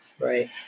Right